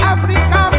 Africa